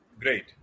Great